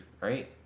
right